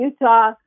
Utah